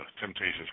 Temptations